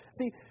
See